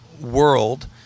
world